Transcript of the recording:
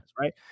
right